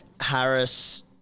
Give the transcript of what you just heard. Harris